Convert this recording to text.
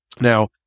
Now